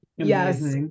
yes